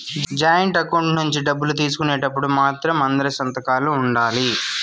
joint account నుంచి డబ్బులు తీసుకునేటప్పుడు మాత్రం అందరి సంతకాలు ఉండాలి